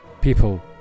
people